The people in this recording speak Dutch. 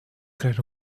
krijgt